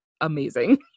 Amazing